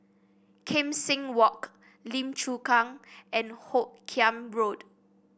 Kim Seng Walk Lim Chu Kang and Hoot Kiam Road